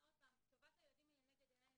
טובת הילדים היא לנגד עיניי.